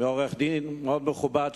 מעורך-דין מאוד מכובד,